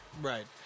Right